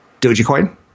Dogecoin